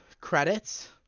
credits